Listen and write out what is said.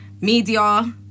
media